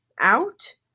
out